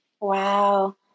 Wow